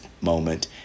moment